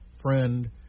friend